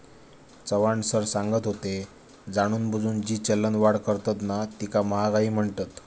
Chavan sir सांगत होते, जाणूनबुजून जी चलनवाढ करतत ना तीका महागाई म्हणतत